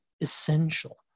essential